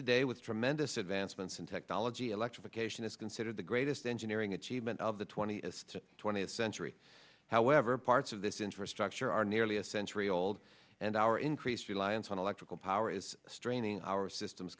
today with tremendous advancements in technology electrification is considered the greatest engineering achievement of the twentieth twentieth century however parts of this infrastructure are nearly a century old and our increased reliance on electrical power is straining our systems